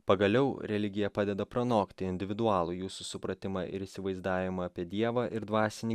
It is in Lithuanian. pagaliau religija padeda pranokti individualų jūsų supratimą ir įsivaizdavimą apie dievą ir dvasinį